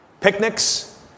picnics